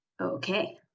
Okay